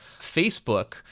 Facebook